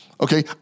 okay